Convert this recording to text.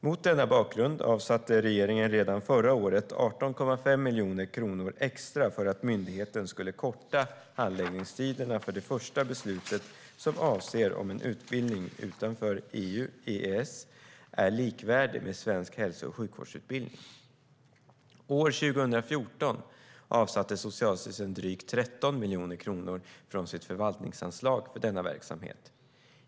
Mot denna bakgrund avsatte regeringen redan förra året 18,5 miljoner kronor extra för att myndigheten skulle korta handläggningstiderna för det första beslutet som avser om en utbildning utanför EU/EES är likvärdig med svensk hälso och sjukvårdsutbildning. År 2014 avsatte Socialstyrelsen drygt 13 miljoner kronor från sitt förvaltningsanslag för denna verksamhet.